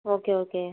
okay okay